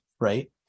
right